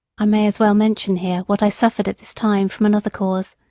i may as well mention here what i suffered at this time from another cause.